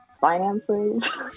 finances